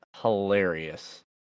hilarious